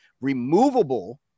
removable